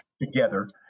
together